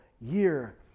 year